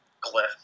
cliff